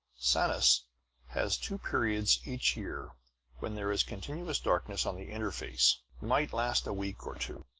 sanus has two periods each year when there is continuous darkness on the inner face might last a week or two.